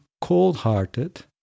cold-hearted